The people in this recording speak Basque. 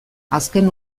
azken